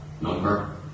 number